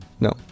No